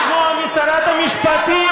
לשמוע משרת המשפטים,